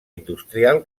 industrial